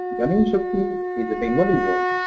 i mean shakti is a bengali word.